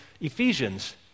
Ephesians